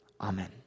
Amen